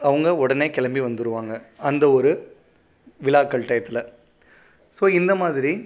அவங்க உடனே கிளம்பி வந்துடுவாங்க அந்த ஒரு விழாக்கள் டயத்தில் ஸோ இந்த மாதிரி